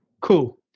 Cool